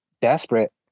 desperate